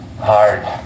hard